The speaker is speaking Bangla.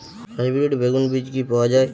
হাইব্রিড বেগুন বীজ কি পাওয়া য়ায়?